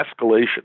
escalation